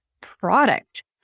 product